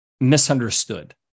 misunderstood